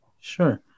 sure